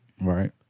right